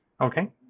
Okay